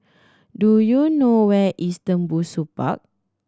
do you know where is Tembusu Park